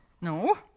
No